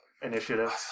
initiative